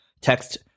Text